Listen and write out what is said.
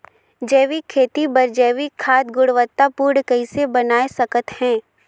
जैविक खेती बर जैविक खाद गुणवत्ता पूर्ण कइसे बनाय सकत हैं?